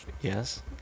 Yes